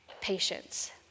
patience